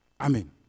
Amen